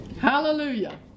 Hallelujah